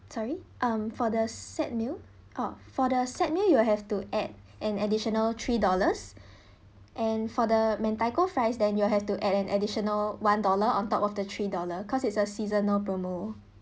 sorry um for the set meal oh for the set meal you will have to add an additional three dollars and for the mentaiko fries then you'll have to add an additional one dollar on top of the three dollar because it's a seasonal promo